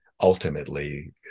ultimately